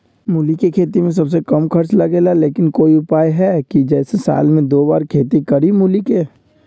मूली के खेती में सबसे कम खर्च लगेला लेकिन कोई उपाय है कि जेसे साल में दो बार खेती करी मूली के?